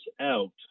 out